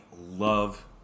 love